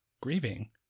grieving